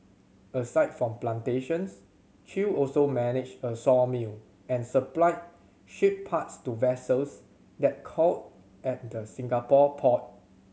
aside from plantations Chew also managed a sawmill and supplied ship parts to vessels that called at the Singapore port